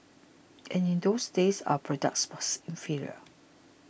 and in those days our product was inferior